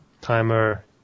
timer